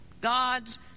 God's